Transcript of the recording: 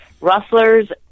rustlers